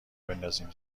بندازیم